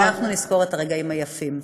ואנחנו נזכור את הרגעים היפים.